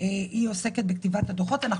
אם זה ועדת המשנה לכספים של ועדת הבחירות